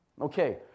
Okay